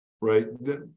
right